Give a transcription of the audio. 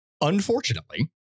Unfortunately